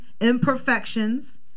imperfections